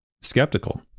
skeptical